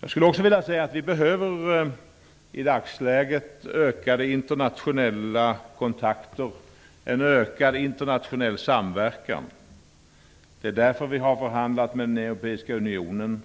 Jag skulle också vilja säga att vi i dagsläget behöver ökade internationella kontakter, en ökad internationell samverkan. Därför har vi förhandlat med den europeiska unionen.